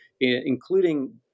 including